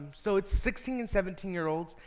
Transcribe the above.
so it's sixteen and seventeen year olds,